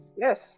Yes